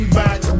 back